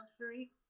luxury